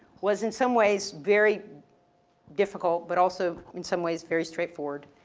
was in some ways very difficult, but also in some ways very straight forward.